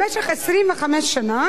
במשך 25 שנה